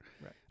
right